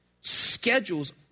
schedules